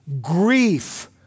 grief